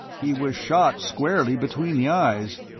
he was shot squarely between the eyes.